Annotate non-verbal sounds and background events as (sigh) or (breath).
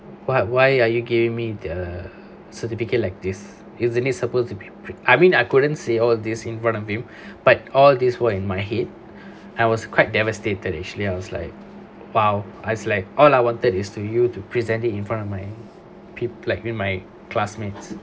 why why are you giving me the certificate like this isn't it supposed to be I mean I couldn't say all these in front of him (breath) but all this word in my head I was quite devastated actually I was like !wow! I was like all I wanted is to you to present it in front of my peo~ like in my classmates